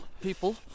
people